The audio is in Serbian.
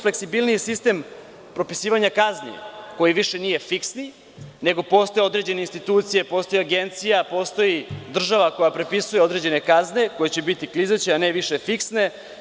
Fleksibilniji sistem propisivanja kazni koji više nije fiksni, nego postoje određene institucije, postoji agencija, postoji država koja propisuje određene kazne koje će biti klizeće, a ne više fiksne.